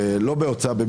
לא בהוצאה לפועל,